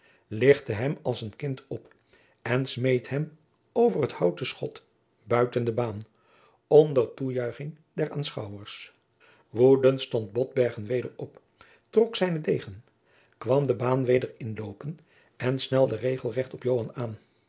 lichtte hem als een kind op en smeet hem over het houten schot buiten de baan onder toejuiching der aanschouwers woedend stond botbergen weder op trok zijnen degen kwam de baan weder in loopen en snelde regelrecht op joan aan